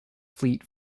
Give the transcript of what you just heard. fleet